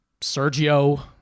Sergio